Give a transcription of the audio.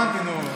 הבנתי, נו.